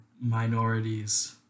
minorities